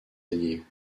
alliés